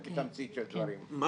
זו תמצית הדברים.